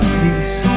peace